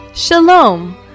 Shalom